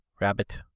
Rabbit